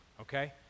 okay